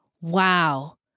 Wow